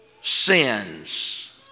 sins